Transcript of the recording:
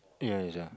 yeah it's uh